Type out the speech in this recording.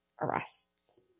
arrests